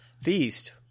Feast